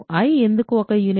i ఎందుకు ఒక unit